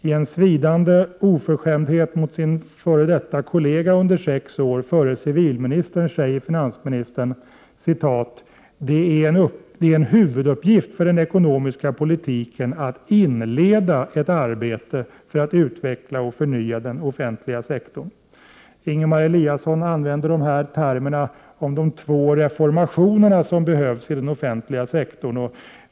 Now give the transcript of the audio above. I en svidande oförskämdhet mot sin f. d. kollega under sex år, förre civilministern, säger finansministern i finansplanen: ”Det är en huvuduppgift för den ekonomiska politiken att inleda ett arbete för att utveckla och förnya den offentliga sektorn.” Ingemar Eliasson talade om de två reformationer som behövs av den offentliga sektorn.